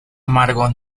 amargo